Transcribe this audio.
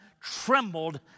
trembled